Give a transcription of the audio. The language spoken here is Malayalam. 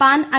pan I